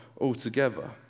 altogether